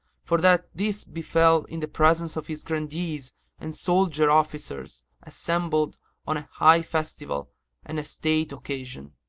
for that this befel in the presence of his grandees and soldier-officers assembled on a high festival and a state occasion